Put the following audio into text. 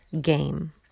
game